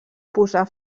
posà